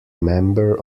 member